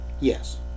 Yes